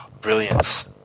brilliance